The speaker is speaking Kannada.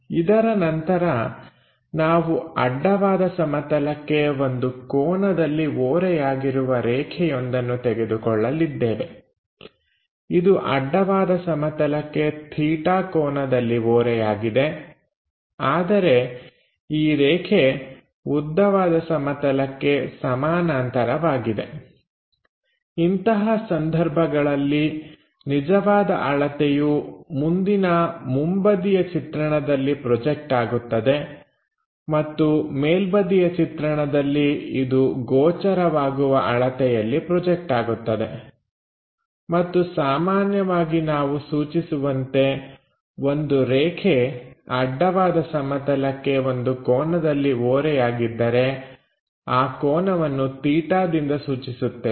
ಇದರ ನಂತರ ನಾವು ಅಡ್ಡವಾದ ಸಮತಲಕ್ಕೆ ಒಂದು ಕೋನದಲ್ಲಿ ಓರೆಯಾಗಿರುವ ರೇಖೆಯೊಂದನ್ನು ತೆಗೆದುಕೊಳ್ಳಲಿದ್ದೇವೆ ಇದು ಅಡ್ಡವಾದ ಸಮತಲಕ್ಕೆ 𝚹 ಕೋನದಲ್ಲಿ ಓರೆಯಾಗಿದೆ ಆದರೆ ಈ ರೇಖೆ ಉದ್ದವಾದ ಸಮತಲಕ್ಕೆ ಸಮಾನಾಂತರವಾಗಿದೆ ಇಂತಹ ಸಂದರ್ಭಗಳಲ್ಲಿ ನಿಜವಾದ ಅಳತೆಯು ಮುಂದಿನ ಮುಂಬದಿಯ ಚಿತ್ರಣದಲ್ಲಿ ಪ್ರೊಜೆಕ್ಟ್ ಆಗುತ್ತದೆ ಮತ್ತು ಮೇಲ್ಬದಿಯ ಚಿತ್ರಣದಲ್ಲಿ ಇದು ಗೋಚರವಾಗುವ ಅಳತೆಯಲ್ಲಿ ಪ್ರೊಜೆಕ್ಟ್ ಆಗುತ್ತದೆ ಮತ್ತು ಸಾಮಾನ್ಯವಾಗಿ ನಾವು ಸೂಚಿಸುವಂತೆ ಒಂದು ರೇಖೆ ಅಡ್ಡವಾದ ಸಮತಲಕ್ಕೆ ಒಂದು ಕೋನದಲ್ಲಿ ಓರೆಯಾಗಿದ್ದರೆ ಆ ಕೋನವನ್ನು 𝚹 ದಿಂದ ಸೂಚಿಸುತ್ತೇವೆ